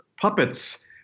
puppets